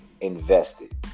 invested